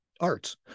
arts